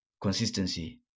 consistency